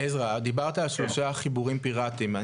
עזרא, דיברת על שלושה חיבורים פיראטיים.